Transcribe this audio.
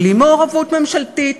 בלי מעורבות ממשלתית.